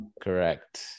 Correct